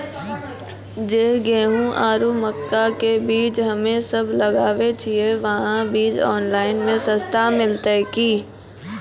जे गेहूँ आरु मक्का के बीज हमे सब लगावे छिये वहा बीज ऑनलाइन मे सस्ता मिलते की?